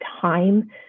time